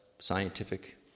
scientific